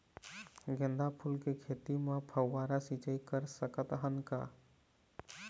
गेंदा फूल के खेती म फव्वारा सिचाई कर सकत हन का?